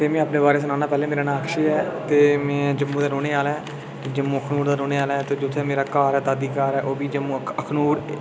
ते में अपने बारै ई सनान्नां पैह्लें ते मेरा नांऽ अक्षय ऐ ते में जम्मू दा रौह्ने आह्ला आं ते जम्मू अखनूर दा रौह्ने आह्ला ते इत्थें मेरा घर ऐ दादी घर ऐ ओह्बी जम्मू अखनूर